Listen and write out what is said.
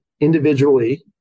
individually